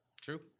True